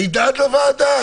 הידד לוועדה.